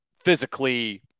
Physically